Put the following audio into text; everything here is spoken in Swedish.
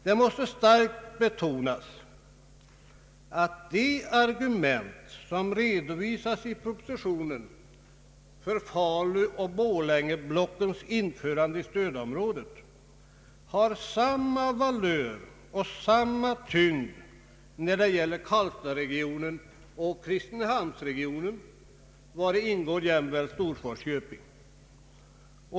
Det måste starkt betonas att de argument som redovisas i propositionen för Faluoch Borlängeblockens införande i stödområdet har samma valör och samma tyngd när det gäller Karlstadsregionen och Kristinehamnsregionen, vari ingår även Storfors köping.